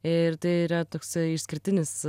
ir tai yra toksai išskirtinis